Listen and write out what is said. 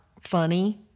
funny